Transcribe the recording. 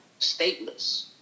stateless